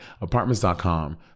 Apartments.com